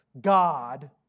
God